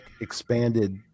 expanded